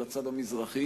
אל הצד המזרחי,